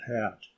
hat